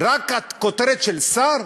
רק הכותרת של שר?